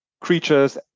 creatures